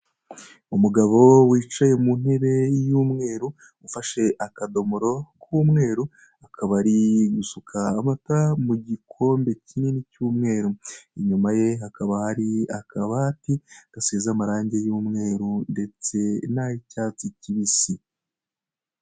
Umugabo wicaye mu ntebe y'umweru ufashe akadomoro k'umweru akaba ari gusuka amata mu gikombe kinini cy'umweru, inyuma ye hakaba hari akabati gasize amarange y'umweru ndetse n'ay'icyatsi kibisi.